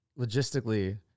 logistically